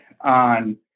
on